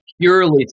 purely